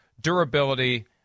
durability